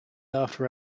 after